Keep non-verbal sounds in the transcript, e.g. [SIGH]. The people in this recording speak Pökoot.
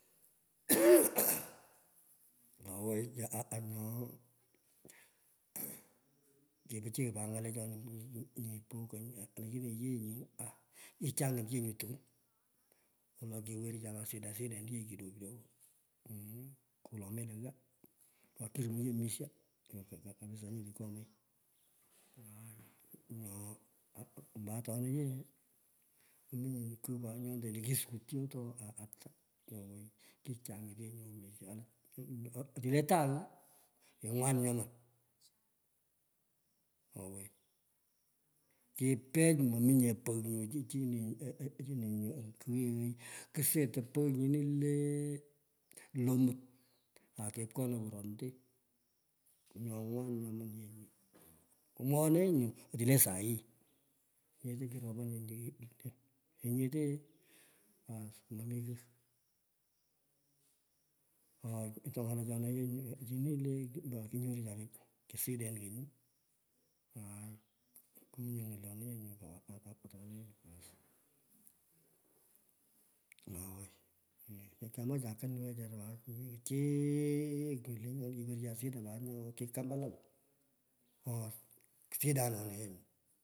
Owoi. aaa, nyo kipichiy pot ny’alechoni po konyi olakini ye nyo, aa kichangit ye nyuu tukwum, wolo koweruchaa pat siden siden ye kidogo kidogo, mmh, wolo melo ghaa. Tokirumu ye misho kap [HESITATION] kapisa nyini koomoi, aai, nyo ombo otena yeei momiye nyo kighi, nyo lentoi lo kisuryor oo, aaha, ata owoi. Kichangit yee mwisho [UNINTELLIGIBLE] otino le tagh kingiwan nyaman, owoi. Kipech, mominye pogh nyu chini nyu [HESITATION] chini nyu kiyeghoi. Kusetoi pefh nyini lee lomut, ake pkonoi koronete nyo ngwan nyoman nye nyu, omwoone yee nyu otite sai. Kechi kiropin yeele [HESITATION] lenyete aas, momi kighoo, oto ny’alechona yee nyo, chini lee, mbaka kinyorucha siden kony, aai, [UNINTELLIGIBLE] otoni baas owoi kekyumacha kony pat chiik, lenyona kiwerucha sida pat nyo ki kambalal, oo, sidanona yee nyu.